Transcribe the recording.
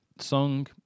song